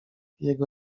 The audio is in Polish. jego